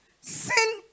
Sin